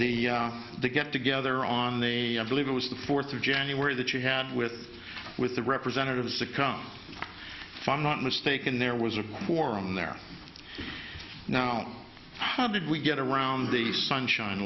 e the get together on they believe it was the fourth of january that you had with with the representatives to come fun not mistaken there was a quorum there now how did we get around the sunshine